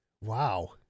Wow